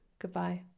Goodbye